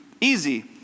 easy